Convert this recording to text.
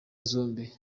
zombi